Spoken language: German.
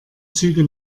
züge